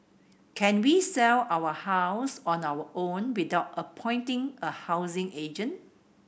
can we sell our house on our own without appointing a housing agent